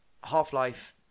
Half-Life